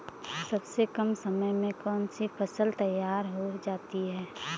सबसे कम समय में कौन सी फसल तैयार हो जाती है?